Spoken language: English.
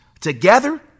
together